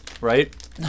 right